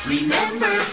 Remember